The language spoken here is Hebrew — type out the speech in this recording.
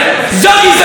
זו גזענות.